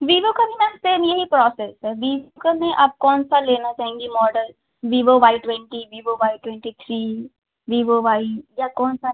Vivo का भी ma'am same यही प्रोसेस है वीवो का में आप कौन सा लेना चाहेंगी model Vivo Y twenty Vivo Y twenty three Vivo Y या कौन सा